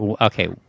Okay